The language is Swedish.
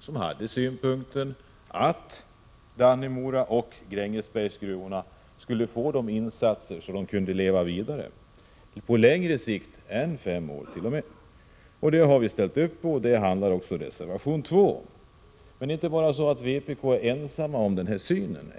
som hade synpunkten att Dannemoraoch Grängesbergsgruvorna skulle få sådana insatser att de kunde leva vidare, t.o.m. på längre sikt än fem år. Detta har vi ställt upp på, och om detta handlar reservation 2. Vpk är emellertid inte ensamt om den här synen.